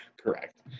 Correct